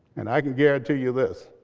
and i can guarantee you this,